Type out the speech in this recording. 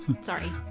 sorry